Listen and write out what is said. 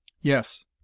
Yes